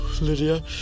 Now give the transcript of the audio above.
Lydia